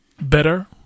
better